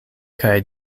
kaj